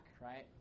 right